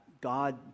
God